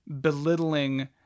belittling